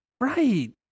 Right